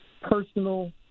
personal